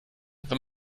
wenn